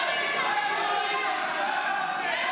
אתה נותן תמיכה בוועדת שרים, ואתה מתלונן?